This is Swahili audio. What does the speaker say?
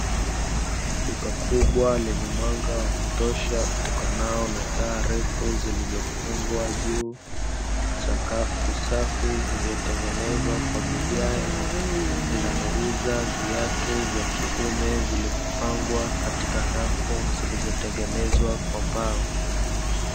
Duka kubwa lenye mwanga wa kutosha utokanao na taa refu zilizofungwa juu, sakafu safi iliyotengenezwa kwa vigae linalouza viatu vya kiume vilivyopangwa katika rafu zilizotengenezwa kwa mbao.